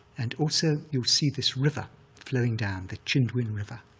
and also you'll see this river flowing down, the chindwin river.